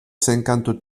cinquante